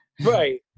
right